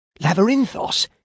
Labyrinthos